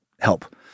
help